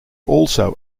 also